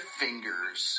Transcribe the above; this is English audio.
fingers